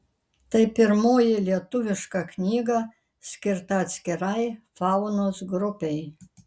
tai pirmoji lietuviška knyga skirta atskirai faunos grupei